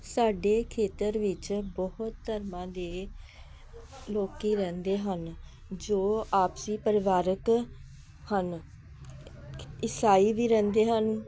ਸਾਡੇ ਖੇਤਰ ਵਿੱਚ ਬਹੁਤ ਧਰਮਾਂ ਦੇ ਲੋਕ ਰਹਿੰਦੇ ਹਨ ਜੋ ਆਪਸੀ ਪਰਿਵਾਰਿਕ ਹਨ ਇਸਾਈ ਵੀ ਰਹਿੰਦੇ ਹਨ